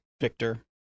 Victor